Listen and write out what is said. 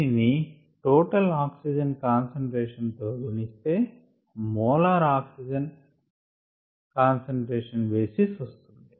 దీనిని total oxygen concentration తో గుణిస్తే మోలార్ కాన్సంట్రేషన్ బేసిస్ వస్తుంది